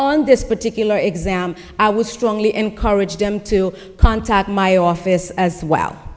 on this particular exam i would strongly encourage them to contact my office as well